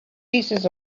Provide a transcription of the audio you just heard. pieces